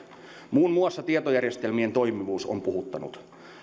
muun muassa tietojärjestelmien toimivuus on puhuttanut